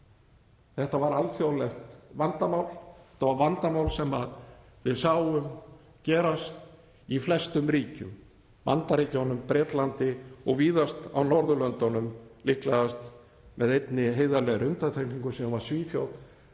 Þetta var alþjóðlegt vandamál sem við sáum gerast í flestum ríkjum í Bandaríkjunum, Bretlandi og víðast á Norðurlöndunum, líklegast með einni heiðarlegri undantekningu sem var Svíþjóð